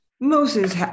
Moses